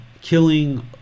killing